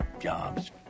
jobs